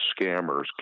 scammers